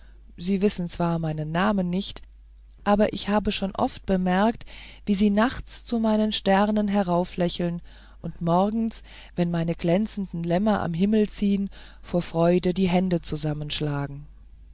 sie wissen zwar meinen namen nicht aber ich habe schon oft bemerkt wie sie nachts zu meinen sternen herauflächeln und morgens wenn meine glänzenden lämmer am himmel ziehen vor freuden die hände zusammenschlagen